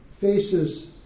faces